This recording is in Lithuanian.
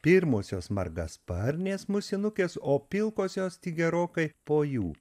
pirmosios margasparnės musinukės o pilkosios tik gerokai po jų